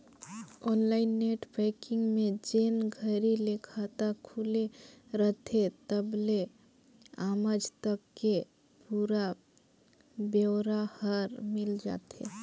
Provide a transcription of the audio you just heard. online net banking में जेन घरी ले खाता खुले रथे तबले आमज तक के पुरा ब्योरा हर मिल जाथे